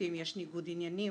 לעיתים יש ניגוד עניינים.